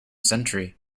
century